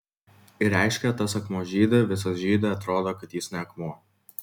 ir reiškia tas akmuo žydi visas žydi atrodo kad jis ne akmuo